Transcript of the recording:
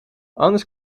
anders